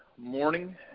morning